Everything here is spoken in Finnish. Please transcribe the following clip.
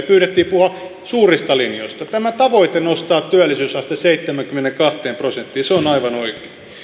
pyydettiin puhumaan suurista linjoista tämä tavoite nostaa työllisyysaste seitsemäänkymmeneenkahteen prosenttiin on aivan oikea